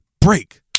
break